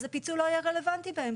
אז הפיצול לא יהיה רלבנטי להם,